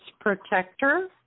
protector